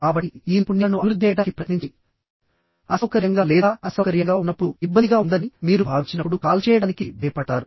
కాబట్టి ఈ నైపుణ్యాలను అభివృద్ధి చేయడానికి ప్రయత్నించండి అసౌకర్యంగా లేదా అసౌకర్యంగా ఉన్నప్పుడు ఇబ్బందిగా ఉందని మీరు భావించినప్పుడు కాల్స్ చేయడానికి భయపడతారు